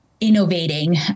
innovating